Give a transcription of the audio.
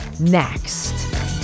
next